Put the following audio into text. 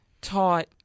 taught